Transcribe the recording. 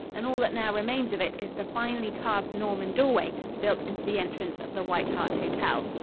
and all that now remains of it is the finely carved norman doorway built into the entrance of the white hart hotel.